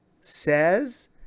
says